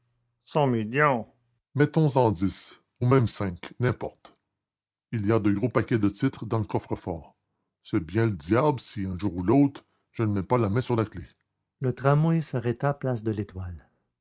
cent millions mettons en dix ou même cinq n'importe il y a de gros paquets de titres dans le coffre-fort c'est bien le diable si un jour ou l'autre je ne mets pas la main sur la clef le tramway s'arrêta place de l'étoile